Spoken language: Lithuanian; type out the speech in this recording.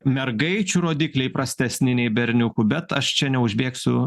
mergaičių rodikliai prastesni nei berniukų bet aš čia neužbėgsiu